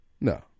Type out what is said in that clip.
No